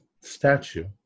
statue